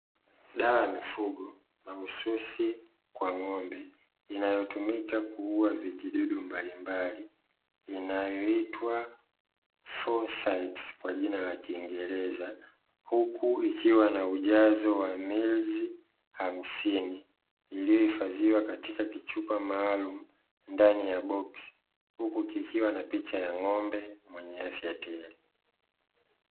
Dawa ya mifugo mahususi kwa ng'ombe inayotumika kuua vijidudu mbalimbali inayoitwa "4CYTES" kwa jina la kiingereza, huku ikiwa na ujazo wa millis hamsini iliyohifadhiwa katika kichupa maalumu ndani ya boksi, huku kikiwa na picha ya ng'ombe mwenye afya tele.